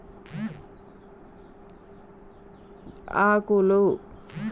పొగాకు ఏ పద్ధతిలో పండించాలి?